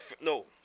No